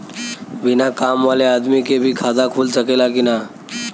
बिना काम वाले आदमी के भी खाता खुल सकेला की ना?